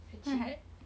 right